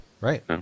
right